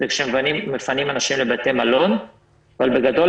כשמפנים אנשים לבתי מלון אבל בגדול,